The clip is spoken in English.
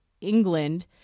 England